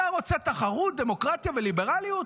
אתה רוצה תחרות, דמוקרטיה וליברליות?